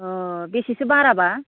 अह बेसेसो बाराबा